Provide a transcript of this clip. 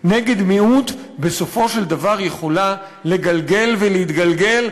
נגד מיעוט בסופו של דבר יכולה לגלגל ולהתגלגל,